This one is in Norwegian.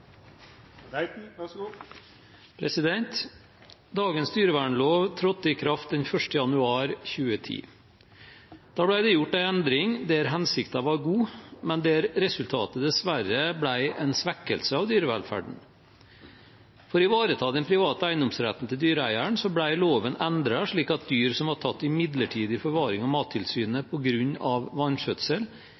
Dagens dyrevernlov trådte i kraft den 1. januar 2010. Da ble det gjort en endring der hensikten var god, men der resultatet dessverre ble en svekkelse av dyrevelferden. For å ivareta den private eiendomsretten til dyreeieren ble loven endret slik at dyr som var tatt i midlertidig forvaring av Mattilsynet